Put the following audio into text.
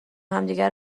همدیگه